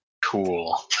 Cool